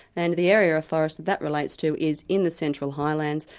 and the area of forest that that relates to is in the central highlands,